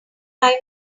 time